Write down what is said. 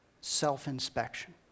self-inspection